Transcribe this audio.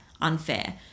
unfair